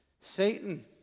Satan